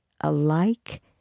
alike